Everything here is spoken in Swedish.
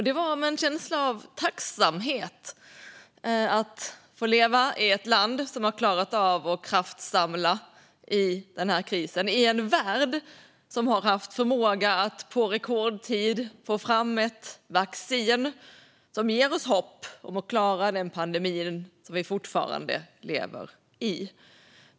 Det var en känsla av tacksamhet över att få leva i ett land som har klarat av att kraftsamla i den här krisen, i en värld som har haft förmåga att på rekordtid få fram ett vaccin som ger oss hopp om att klara den pandemi som vi fortfarande lever i.